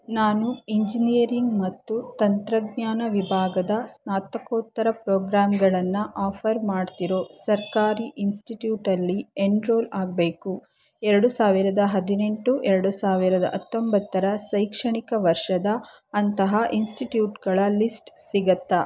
ನಾನು ಇಂಜಿನಿಯರಿಂಗ್ ಮತ್ತು ತಂತ್ರಜ್ಞಾನ ವಿಭಾಗದ ಸ್ನಾತಕೋತ್ತರ ಪ್ರೋಗ್ರಾಮ್ಗಳನ್ನು ಆಫರ್ ಮಾಡ್ತಿರೋ ಸರ್ಕಾರಿ ಇನ್ಸ್ಟಿಟ್ಯೂಟಲ್ಲಿ ಎನ್ರೋಲ್ ಆಗಬೇಕು ಎರಡು ಸಾವಿರದ ಹದಿನೆಂಟು ಎರಡು ಸಾವಿರದ ಹತ್ತೊಂಬತ್ತರ ಶೈಕ್ಷಣಿಕ ವರ್ಷದ ಅಂತಹ ಇನ್ಸ್ಟಿಟ್ಯೂಟ್ಗಳ ಲಿಸ್ಟ್ ಸಿಗುತ್ತಾ